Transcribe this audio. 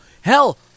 Hell